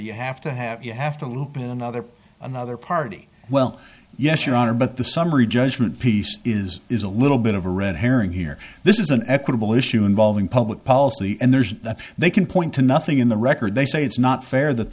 you have to have you have to loop in another another party well yes your honor but the summary judgment piece is is a little bit of a red herring here this is an equitable issue involving public policy and there's nothing they can point to nothing in the record they say it's not fair that